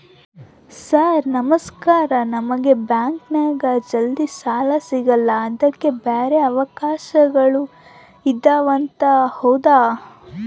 Sir ನಮಸ್ಕಾರ ನಮಗೆ ಬ್ಯಾಂಕಿನ್ಯಾಗ ಜಲ್ದಿ ಸಾಲ ಸಿಗಲ್ಲ ಅದಕ್ಕ ಬ್ಯಾರೆ ಅವಕಾಶಗಳು ಇದವಂತ ಹೌದಾ?